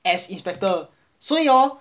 as inspector 所以 hor